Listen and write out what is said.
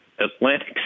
Atlantic